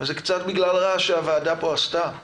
וזה קצת בגלל רעש שהוועדה עשתה פה,